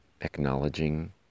acknowledging